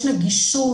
גם יש נגישות,